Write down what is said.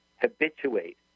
habituate